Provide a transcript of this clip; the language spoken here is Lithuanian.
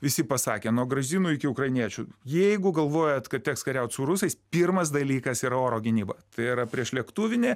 visi pasakė nuo gruzinų iki ukrainiečių jeigu galvojat kad teks kariaut su rusais pirmas dalykas yra oro gynyba tai yra priešlėktuvinė